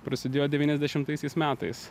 prasidėjo devyniasdešimtaisiais metais